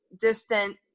distant